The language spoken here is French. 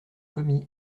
commis